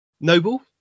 Noble